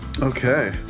Okay